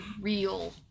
real